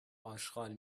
اشغال